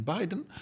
Biden